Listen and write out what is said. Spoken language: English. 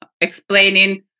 explaining